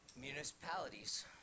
municipalities